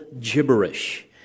gibberish